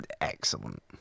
excellent